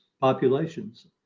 populations